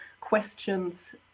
questions